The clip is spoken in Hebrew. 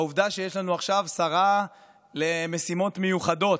העובדה שיש עכשיו שרה למשימות מיוחדות,